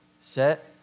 set